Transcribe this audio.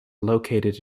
located